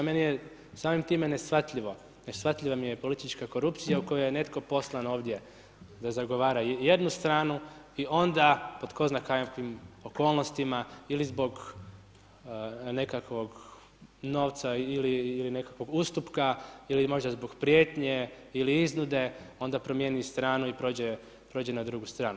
Meni je samim time neshvatljivo, neshvatljiva mi je politička korupcija u kojoj je netko poslan ovdje da zagovara jednu stranu i onda pod tko zna kakvim okolnostima, ili zbog nekakvog novca ili nekakvog ustupka ili možda zbog prijetnje ili iznude onda promijeni stranu i prođe na drugu stranu.